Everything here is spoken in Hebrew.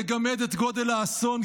לגמד את גודל האסון,